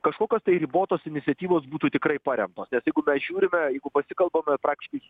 kažkokios tai ribotos iniciatyvos būtų tikrai paremtos nes jeigu žiūrime jeigu pasikalbame praktiškai